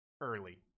early